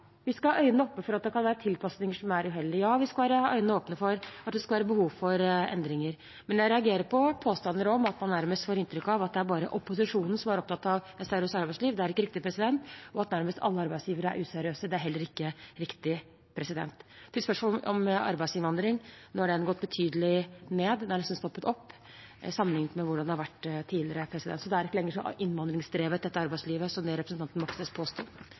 vi skal ha øynene åpne for at det kan være tilpasninger som er uheldige. Ja, vi skal ha øynene åpne for at det kan være behov for endringer. Men jeg reagerer på påstander som nærmest gir inntrykk av at det bare er opposisjonen som er opptatt av et seriøst arbeidsliv. Det er ikke riktig. Og at nærmest alle arbeidsgivere er useriøse, er heller ikke riktig. Til spørsmålet om arbeidsinnvandring: Den har nå gått betydelig ned; den har nesten stoppet opp sammenlignet med hvordan det har vært tidligere. Så arbeidslivet er ikke lenger så innvandringsdrevet som det representanten Moxnes